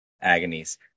agonies